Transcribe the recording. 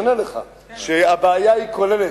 ואני עונה לך, שהבעיה היא כוללת.